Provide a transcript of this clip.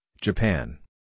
Japan